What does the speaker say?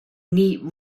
neat